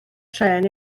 trên